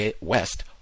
West